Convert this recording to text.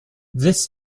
this